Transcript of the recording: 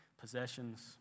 possessions